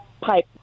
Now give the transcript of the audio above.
pipe